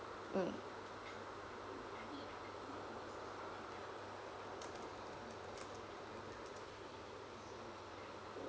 mm